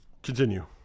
Continue